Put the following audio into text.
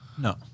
No